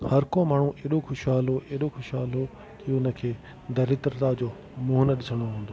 हर को माण्हू एॾो ख़ुशहालु हुओ एॾो ख़ुशहालु हुओ की हुन खे दरीत्रता जो मुंहं न ॾिसणो हूंदो हुओ